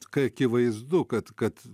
kai akivaizdu kad kad